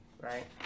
right